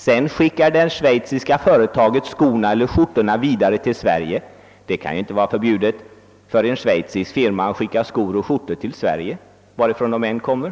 Sedan skickar det schweiziska företaget skorna eller skjortorna vidare till Sverige — det kan ju inte vara förbjudet för en schweizisk firma att leverera skor och skjortor till Sverige, varifrån de än kommer.